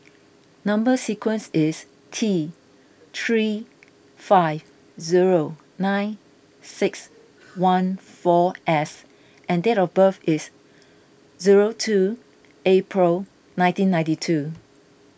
Number Sequence is T three five zero nine six one four S and date of birth is zero two April nineteen ninety two